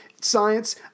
Science